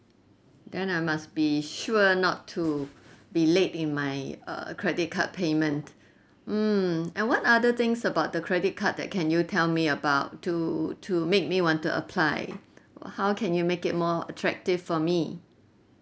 then I must be sure not to be late in my uh credit card payment mm and what are the things about the credit card that can you tell me about to to make me want to apply how can you make it more attractive for me